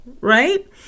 right